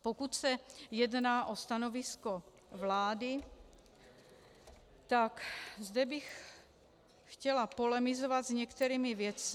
Pokud se jedná o stanovisko vlády, tak zde bych chtěla polemizovat s některými věcmi.